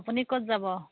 আপুনি ক'ত যাব